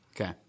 Okay